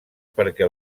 perquè